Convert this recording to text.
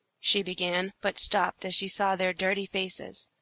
she began, but stopped as she saw their dirty faces.